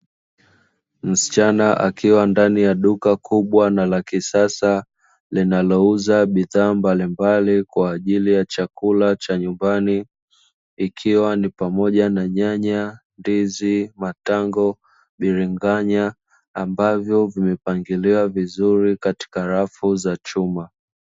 Msichana akiwa ndani ya duka kubwa na la kisasa, linalouza bidhaa mbalimbali kwa ajili ya chakula cha nyumbani, ikiwa ni pamoja na nyanya, ndizi, matango, biringanya, ambavyo vimepangiliwa vizuri katika rafu za chuma.